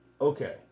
Okay